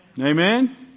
Amen